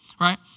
right